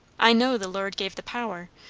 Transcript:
i know the lord gave the power,